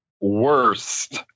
worst